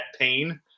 pain